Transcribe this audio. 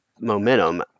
momentum